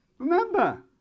Remember